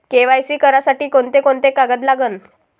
KYC करासाठी कोंते कोंते कागद लागन?